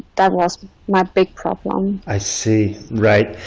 that was my big problem i see right